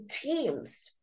teams